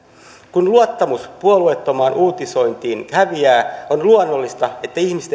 kun luottamus puolueettomaan uutisointiin häviää on luonnollista että ihmiset